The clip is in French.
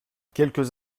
quelques